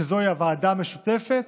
שזוהי הוועדה המשותפת,